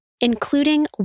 including